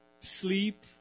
sleep